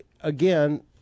again